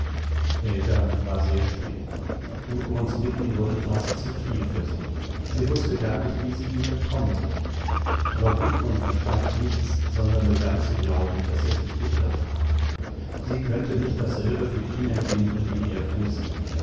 helga war sehr still gudmunds bitten wurden fast zu viel für sie sie wußte gar nicht wie sie ihm entkommen sollte aber gudmund verstand nichts sondern begann zu glauben daß er sich geirrt habe sie könnte nicht dasselbe für ihn empfinden wie er für sie